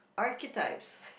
archetypes